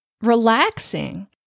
relaxing